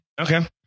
Okay